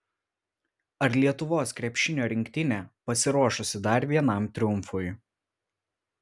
ar lietuvos krepšinio rinktinė pasiruošusi dar vienam triumfui